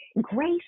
Grace